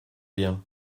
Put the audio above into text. rien